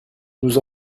nous